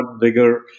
bigger